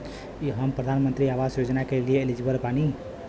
हम प्रधानमंत्री आवास योजना के लिए एलिजिबल बनी?